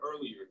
earlier